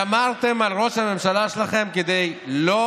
שמרתם על ראש הממשלה שלכם, כדי לא